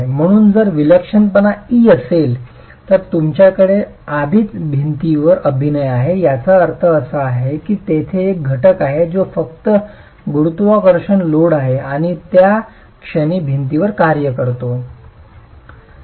म्हणून जर विलक्षणपणा e असेल तर तुमच्याकडे आधीच भिंतीवर अभिनय आहे ज्याचा अर्थ असा आहे की तेथे एक घटक आहे जो फक्त गुरुत्वाकर्षण लोड आहे आणि त्या क्षणी भिंतीवर कार्य करतो